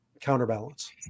counterbalance